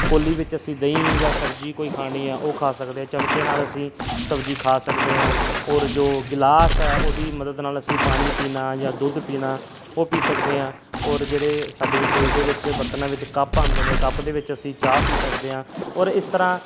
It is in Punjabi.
ਕੌਲੀ ਵਿੱਚ ਅਸੀਂ ਦਹੀਂ ਜਾਂ ਸਬਜ਼ੀ ਕੋਈ ਖਾਣੀ ਆ ਉਹ ਖਾ ਸਕਦੇ ਹਾਂ ਚਮਚੇ ਨਾਲ ਅਸੀਂ ਸਬਜ਼ੀ ਖਾ ਸਕਦੇ ਹਾਂ ਔਰ ਜੋ ਗਿਲਾਸ ਹੈ ਉਹਦੀ ਮਦਦ ਨਾਲ ਅਸੀਂ ਪਾਣੀ ਪੀਣਾ ਜਾਂ ਦੁੱਧ ਪੀਣਾ ਉਹ ਪੀ ਸਕਦੇ ਹਾਂ ਔਰ ਜਿਹੜੇ ਸਾਡੇ ਰਸੋਈ ਦੇ ਵਿੱਚ ਬਰਤਨਾਂ ਵਿੱਚ ਕੱਪ ਆਉਂਦੇ ਨੇ ਕੱਪ ਦੇ ਵਿੱਚ ਅਸੀਂ ਚਾਹ ਪੀ ਸਕਦੇ ਹਾਂ ਔਰ ਇਸ ਤਰ੍ਹਾਂ